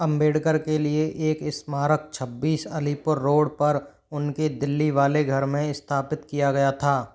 अम्बेडकर के लिए एक स्मारक छब्बीस अलीपुर रोड पर उनके दिल्ली वाले घर में स्थापित किया गया था